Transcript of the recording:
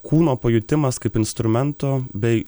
kūno pajutimas kaip instrumento bei